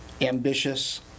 ambitious